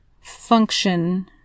function